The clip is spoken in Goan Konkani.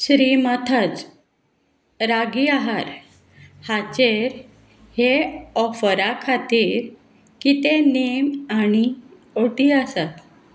श्रीमथाज रागी आहार हाचेर हे ऑफरा खातीर कितें नेम आनी ओ टी आसात